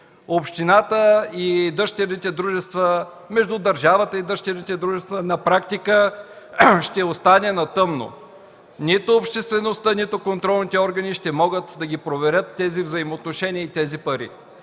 държавата и дъщерните дружества на практика ще ги остави на тъмно. Нито обществеността, нито контролните органи ще могат да проверят тези взаимоотношения и тези пари.